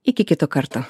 iki kito karto